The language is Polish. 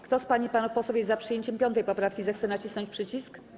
Kto z pań i panów posłów jest za przyjęciem 5. poprawki, zechce nacisnąć przycisk.